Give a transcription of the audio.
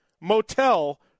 motel